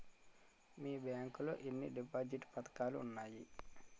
మీ bank లో ఎన్ని deposit పథకాలు ఉన్నాయి?